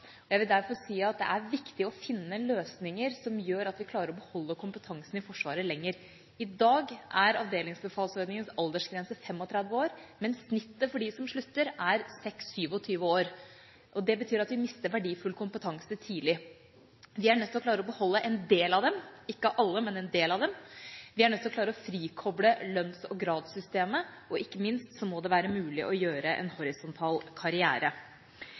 Jeg vil derfor si at det er viktig å finne løsninger som gjør at vi klarer å beholde kompetansen i Forsvaret lenger. I dag er avdelingsbefalsordningens aldersgrense 35 år, men snittet for dem som slutter, er 26–27 år. Dette betyr at vi mister verdifull kompetanse tidlig. Vi er nødt til å klare å beholde en del av dem – ikke alle – men en del av dem. Vi er nødt til å klare å frikoble lønns- og gradssystemet, og ikke minst må det være mulig å gjøre en horisontal karriere.